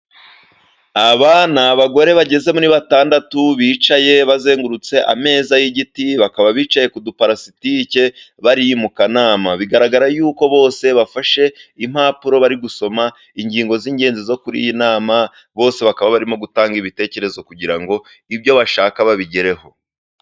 Aba ni abagore bageze muri batandatu, bicaye bazengurutse ameza y’igitị, bakaba bicaye ku dupalasitike, bari mu kanama. Bigaragara yuko bose bafashe impapuro bari gusoma ingingo z’ingenzi zo kuri iyi nama. Bose bakaba barimo gutanga ibitekerezo kugira ngo ibyo bashaka babigereho.